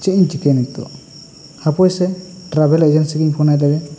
ᱪᱮᱫ ᱤᱧ ᱪᱤᱠᱟᱭᱟ ᱱᱤᱛᱚᱜ ᱦᱟᱹᱯᱟᱹᱭ ᱥᱮ ᱴᱨᱟᱵᱷᱮᱞ ᱮᱡᱮᱱᱥᱴᱥᱤ ᱤᱧ ᱯᱷᱳᱱ ᱟᱭ ᱞᱮᱜᱮ